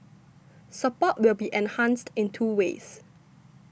support will be enhanced in two ways